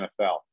NFL